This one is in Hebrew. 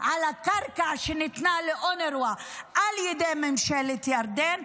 על הקרקע שניתנה לאונר"א על ידי ממשלת ירדן,